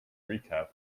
recap